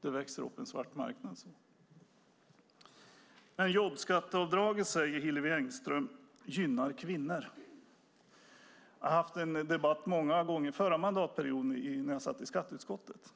Det växer upp en svart marknad. Hillevi Engström säger att jobbskatteavdraget gynnar kvinnor. Jag hade debatter många gånger under förra mandatperioden, när jag satt i skatteutskottet.